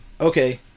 Okay